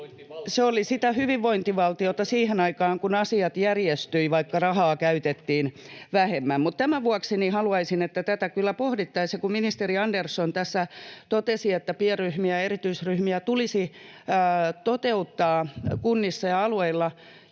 Se oli sitä hyvinvointivaltiota siihen aikaan, kun asiat järjestyivät, vaikka rahaa käytettiin vähemmän. — [Jukka Gustafsson: On edelleen!] Tämän vuoksi haluaisin, että tätä pohdittaisiin. Ministeri Andersson tässä totesi, että pienryhmiä ja erityisryhmiä tulisi toteuttaa kunnissa ja alueilla,